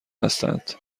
هستند